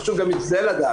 חשוב גם את זה לדעת,